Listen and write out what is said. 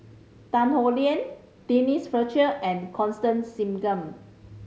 Tan Howe Liang Denise Fletcher and Constance Singam